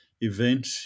event